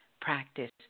practice